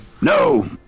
No